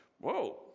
Whoa